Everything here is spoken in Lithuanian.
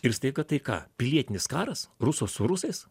ir staiga tai ką pilietinis karas ruso su rusais